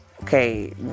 Okay